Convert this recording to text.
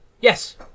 Yes